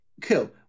Cool